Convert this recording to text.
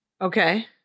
Okay